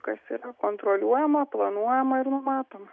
kas yra kontroliuojama planuojama ir numatoma